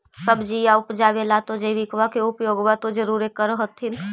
सब्जिया उपजाबे ला तो जैबिकबा के उपयोग्बा तो जरुरे कर होथिं?